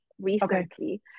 recently